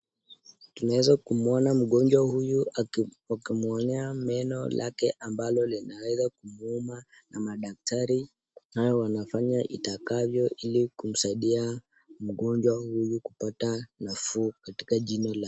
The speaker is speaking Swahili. Tunaweza kumwona mgonjwa huyu akimwonea meno lake ambalo linaweza kumuuma, na madaktari nao wanafanya itakavyo ili kumsaidia mgonjwa huyu kupata nafuu katika jino lake.